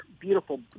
beautiful